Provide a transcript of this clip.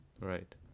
Right